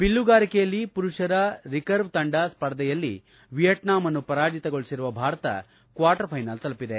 ಬಿಲ್ಲುಗಾರಿಕೆಯಲ್ಲಿ ಪುರುಷರ ರಿಕರ್ವ ತಂಡ ಸ್ಪರ್ಧೆಯಲ್ಲಿ ವಿಯಟ್ನಾಂನ್ನು ಪರಾಜಿತಗೊಳಿಸಿರುವ ಭಾರತ ಕ್ನಾರ್ಟರ್ ಫೈನಲ್ ತಲುಪಿದೆ